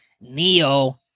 Neo